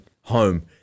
home